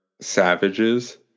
savages